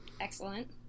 excellent